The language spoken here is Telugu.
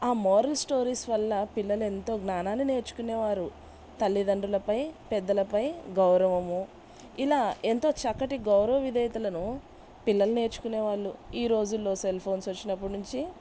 ఆ మోరల్ స్టోరీస్ వల్ల పిల్లలు ఎంతో జ్ఞానాన్ని నేర్చుకునేవారు తల్లిదండ్రులపై పెద్దలపై గౌరవము ఇలా ఎంతో చక్కటి గౌరవ విధేయతలను పిల్లలు నేర్చుకునేవాళ్ళు ఈ రోజుల్లో సెల్ ఫోన్స్ వచ్చినప్పుడు నుంచి